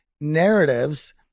narratives